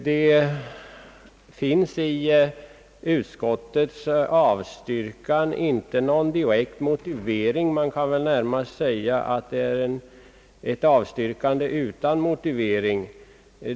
Det finns i utskottets utlåtande ingen direkt motivering för avstyrkandet. Man kan närmast beteckna det som ett avstyrkande utan motivering.